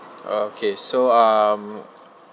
okay so um